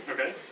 Okay